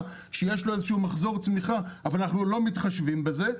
שיש לו איזה מחזור צמיחה אבל אנחנו לא מתחשבים בזה,